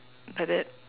like that